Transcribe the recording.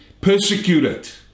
persecuted